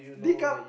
de cup